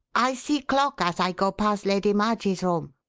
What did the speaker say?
i see clock as i go past lady marj'ie's room.